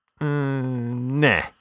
nah